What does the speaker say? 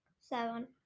Seven